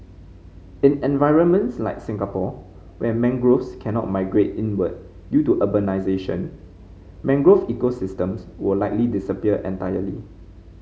in environments like Singapore where mangroves cannot migrate inward due to urbanisation mangrove ecosystems will likely disappear entirely